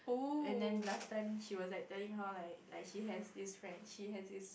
and then last time she was like telling how like like she has this friend she has this